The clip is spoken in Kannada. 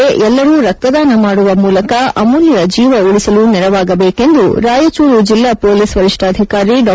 ಸಮಾಜದಲ್ಲಿರುವ ಎಲ್ಲರೂ ರಕ್ತದಾನ ಮಾಡುವ ಮೂಲಕ ಅಮೂಲ್ಯ ಜೀವ ಉಳಿಸಲು ನೆರವಾಗಬೇಕೆಂದು ರಾಯಚೂರು ಜಿಲ್ಲಾ ಪೊಲೀಸ್ ವರಿಷ್ಠಾಧಿಕಾರಿ ಡಾ